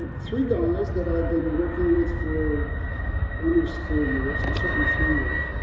three guys that i've been working with for almost four years, but certainly three years.